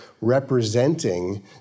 representing